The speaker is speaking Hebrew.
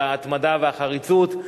על ההתמדה והחריצות,